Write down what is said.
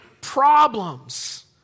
problems